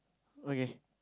okay